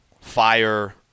fire